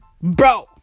bro